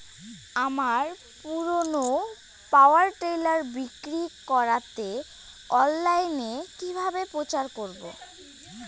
আমার পুরনো power tiller বিক্রি করাতে অনলাইনে কিভাবে প্রচার করব?